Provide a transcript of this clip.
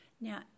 Now